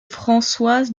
françoise